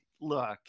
look